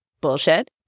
bullshit